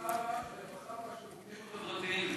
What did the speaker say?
לשר הרווחה והשירותים החברתיים.